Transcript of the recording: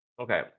Okay